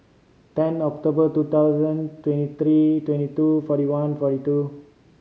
ten October two thousand twenty three twenty two forty one forty two